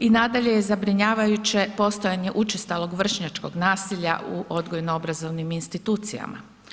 I nadalje je zabrinjavajuće postojanje učestalog vršnjačkog nasilja u odgojno-obrazovnim institucijama.